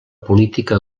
política